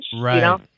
Right